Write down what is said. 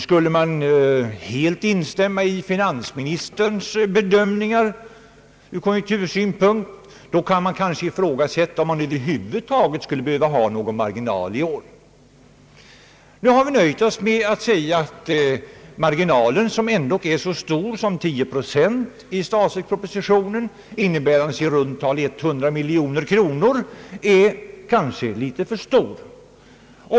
Skulle man helt instämma i finansministerns bedömningar ur konjunktursynpunkt kan man kanske ifrågasätta om det över huvud taget skulle behövas någon marginal i år. Nu har vi nöjt oss med att säga att marginalen, som i statsverkspropositionen ändå är så stor som 10 procent, dvs. i runt tal 100 miljoner kronor, kanske är litet för stor.